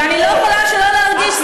ואני לא יכולה שלא להרגיש,